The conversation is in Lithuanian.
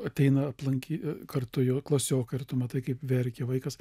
ateina aplankyt kartu jo klasiokai ir tu matai kaip verkia vaikas